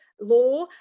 law